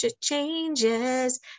changes